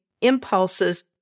impulses